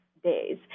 days